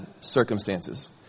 circumstances